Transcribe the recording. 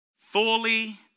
Fully